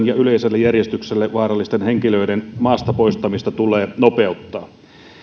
ja yleiselle järjestykselle vaarallisten henkilöiden maasta poistamista tulee nopeuttaa